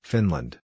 Finland